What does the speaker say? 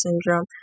syndrome